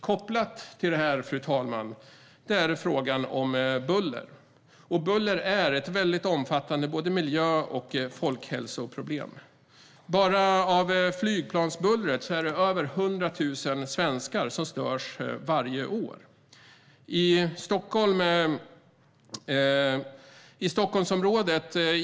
Kopplat till detta, fru talman, är frågan om buller. Buller är ett omfattande problem för både miljön och folkhälsan. Över 100 000 svenskar störs varje år bara av flygplansbuller.